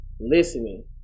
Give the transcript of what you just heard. Listening